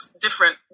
different